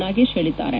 ನಾಗೇಶ್ ಹೇಳಿದ್ದಾರೆ